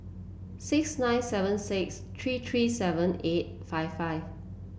six nine seven six three three seven eight five five